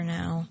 now